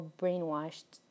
brainwashed